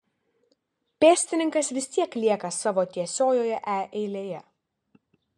pėstininkas vis tiek lieka savo tiesiojoje e eilėje